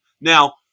Now